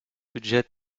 budget